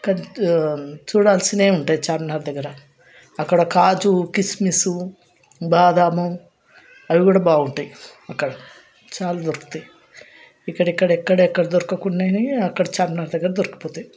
చూడాల్సినవి ఉంటాయి చార్మినార్ దగ్గర అక్కడ కాజు కిస్మిస్ బాదాము అవి కూడా బాగుంటాయి అక్కడ చాలా దొరుకుతాయి ఇక్కడ ఇక్కడ ఎక్కడ ఎక్కడ దొరుకున్నవి అక్కడ చార్మినార్ దగ్గర దొరికిపోతాయి